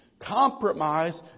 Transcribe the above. compromise